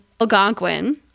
Algonquin